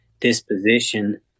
disposition